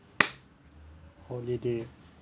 holiday